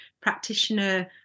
practitioner